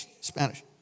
Spanish